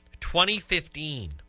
2015